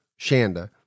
Shanda